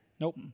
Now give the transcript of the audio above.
Nope